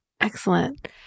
excellent